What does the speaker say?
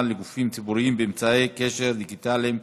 לגופים ציבוריים באמצעי קשר דיגיטליים,